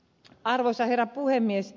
arvoisa herra puhemies